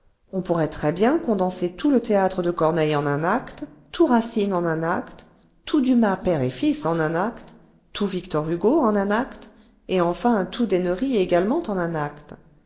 on pourrait très bien condenser tout le théâtre de corneille en un acte tout racine en un acte tout dumas père et fils en un acte tout victor hugo en un acte et enfin tout dennery également en un acte